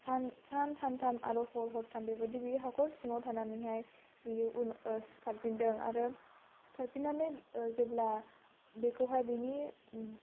सान सान्थाम आरो हर हरथाम बियो हाखर सिङाव थानानैहाय बियो सिखारफिनदों आरो सिखारफिननानै जेब्ला बेखौहाय बिनि